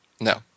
No